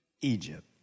Egypt